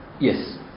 Yes